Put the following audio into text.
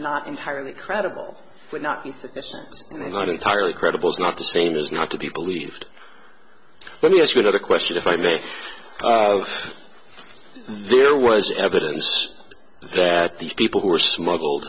not entirely credible but not me not entirely credible is not the same as not to be believed let me ask you another question if i may there was evidence that these people who were smuggled